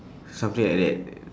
something like that